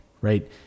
right